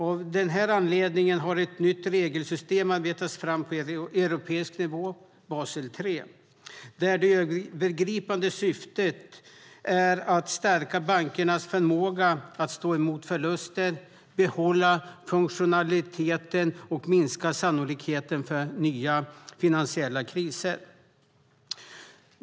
Av den anledningen har ett nytt regelsystem arbetats fram på europeisk nivå, Basel III, där det övergripande syftet är att stärka bankernas förmåga att stå emot förluster, behålla funktionaliteten och minska sannolikheten för nya finansiella kriser.